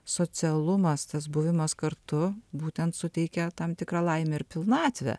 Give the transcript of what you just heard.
socialumas tas buvimas kartu būtent suteikia tam tikrą laimę ir pilnatvę